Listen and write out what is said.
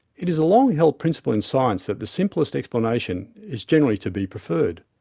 it is a long held principle in science that the simplest explanation is generally to be preferred.